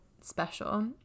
special